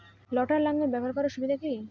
লটার লাঙ্গল ব্যবহারের সুবিধা কি?